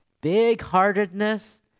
big-heartedness